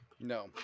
No